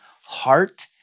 heart